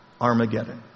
Armageddon